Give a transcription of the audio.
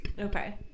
okay